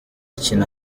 akina